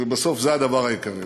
ובסוף זה הדבר העיקרי: